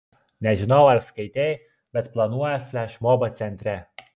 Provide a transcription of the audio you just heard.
nežinau ar skaitei bet planuoja flešmobą centre